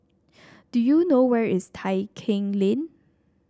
do you know where is Tai Keng Lane